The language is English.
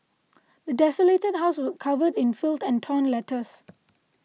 the desolated house was covered in filth and torn letters